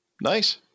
nice